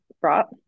brought